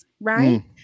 right